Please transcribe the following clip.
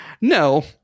No